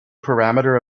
parameter